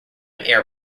air